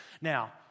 Now